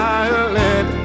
Violet